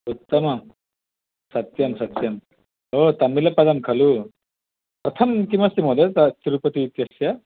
उत्तमं सत्यं सत्यम् ओ तमिळ पदं खलु कथं किमस्ति महोदय स तिरुपति इत्यस्य